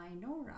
minora